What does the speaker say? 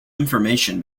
information